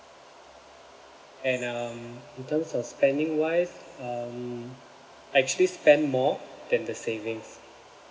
and um in terms of spending wise um I actually spend more than the savings